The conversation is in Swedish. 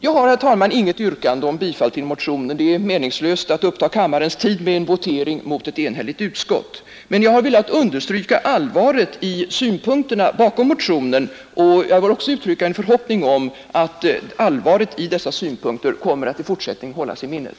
Jag har, herr talman, inget yrkande om bifall till motionen — det är meningslöst att uppta kammarens tid med en votering mot ett enhälligt utskottsbetänkande — men jag har velat understryka allvaret i synpunkterna bakom motionen, och jag har också velat uttrycka en förhoppning om att man i fortsättningen kommer att hålla allvaret i dessa synpunkter i minnet.